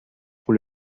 pour